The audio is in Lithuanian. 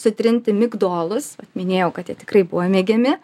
sutrinti migdolus minėjau kad jie tikrai buvo mėgiami